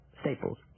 Staples